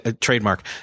trademark